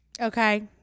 okay